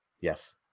yes